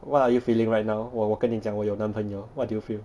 what are you feeling right now 我我跟你讲我有男朋友 what do you feel